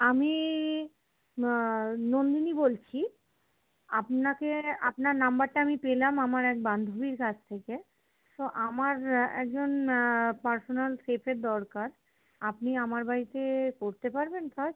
আমি নন্দিনী বলছি আপনাকে আপনার নম্বরটা আমি পেলাম আমার এক বান্ধবীর কাছ থেকে তো আমার একজন পার্সোনাল শেফের দরকার আপনি আমার বাড়িতে করতে পারবেন কাজ